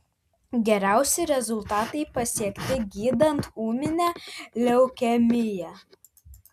geriausi rezultatai pasiekti gydant ūminę leukemiją